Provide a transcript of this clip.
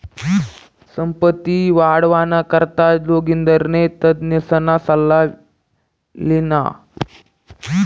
संपत्ती वाढावाना करता जोगिंदरनी तज्ञसना सल्ला ल्हिना